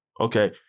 Okay